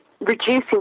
reducing